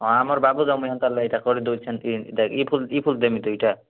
ହଁ ଆମର୍ ବାବୁ ତମର୍ ହେନ୍ତା କରିଦେଉଛନ୍ତି ଦେଖ୍ ଇ ଫୁଲ୍ ଇ ଫୁଲ୍ ଦେମି ତ ଏଇଟା